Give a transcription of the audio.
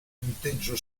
punteggio